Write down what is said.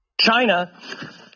China